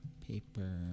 Paper